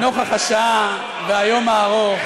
לנוכח השעה והיום הארוך,